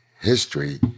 history